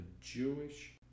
Jewish